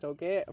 Okay